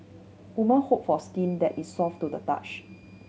woman hope for skin that is soft to the touch